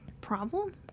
problem